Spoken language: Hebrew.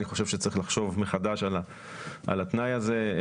אני חושב שצריך לחשוב מחדש על התנאי הזה.